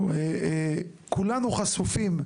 כולנו חשופים,